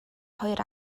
хоёр